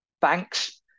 banks